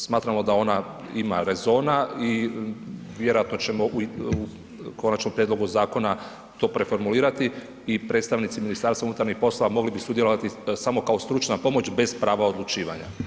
Smatramo da ona ima rezona i vjerojatno ćemo i u konačnom prijedlogu zakona to preformulirati i predstavnici Ministarstva unutarnjih poslova, mogli bi sudjelovati samo kao stručna pomoć bez prav odlučivanja.